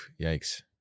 yikes